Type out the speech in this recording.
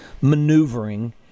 maneuvering